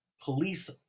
police